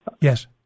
Yes